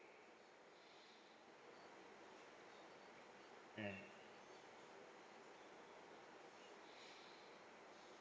mm